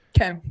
Okay